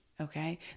okay